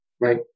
Right